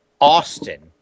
Austin –